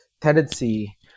tendency